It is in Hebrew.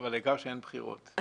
אבל העיקר שאין בחירות.